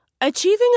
Achieving